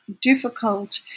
difficult